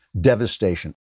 devastation